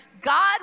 God